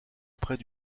auprès